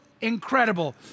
incredible